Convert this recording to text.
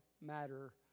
matter